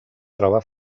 troba